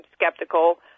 skeptical